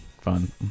Fun